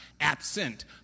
absent